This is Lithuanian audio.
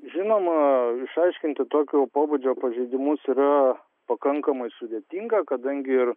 žinoma išaiškinti tokio pobūdžio pažeidimus yra pakankamai sudėtinga kadangi ir